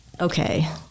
Okay